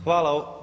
Hvala.